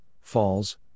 falls